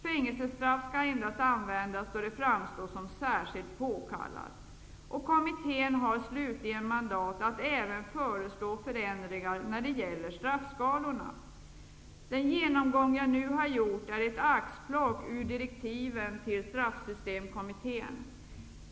Fängelsestraff skall endast användas då det framstår som särskilt påkallat. Kommittén har slutligen mandat att även föreslå förändringar när det gäller straffskalorna. Den genomgång jag nu har gjort är ett axplock ur direktiven till Straffsystemkommittén.